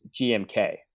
GMK